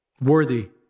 Worthy